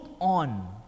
on